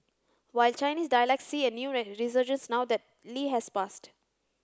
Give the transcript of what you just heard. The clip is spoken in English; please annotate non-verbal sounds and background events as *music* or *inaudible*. will Chinese dialects see a new *unintelligible* resurgence now that Lee has passed